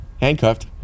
Handcuffed